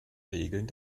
regeln